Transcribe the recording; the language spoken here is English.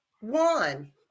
one